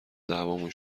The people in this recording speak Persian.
دعوامون